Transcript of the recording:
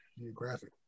Geographic